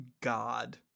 god